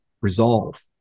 resolve